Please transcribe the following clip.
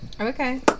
Okay